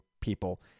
people